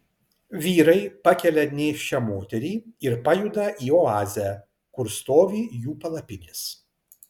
vyrai pakelia nėščią moterį ir pajuda į oazę kur stovi jų palapinės